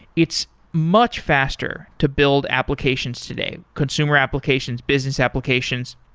it's much faster to build applications today consumer applications, business applications,